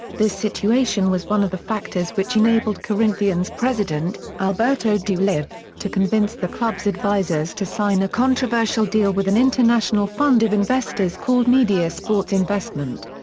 this situation was one of the factors which enabled corinthians' president, alberto dualib, to convince the club's advisors to sign a controversial deal with an international fund of investors called media sports investment.